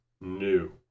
new